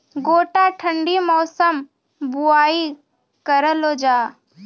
गोटा ठंडी मौसम बुवाई करऽ लो जा?